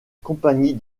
compagnie